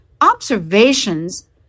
observations